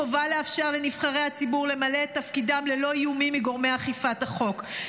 חובה לאפשר לנבחרי הציבור למלא את תפקידם ללא איומים מגורמי אכיפת החוק.